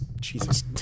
Jesus